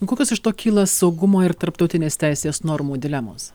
kokios iš to kyla saugumo ir tarptautinės teisės normų dilemos